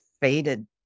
faded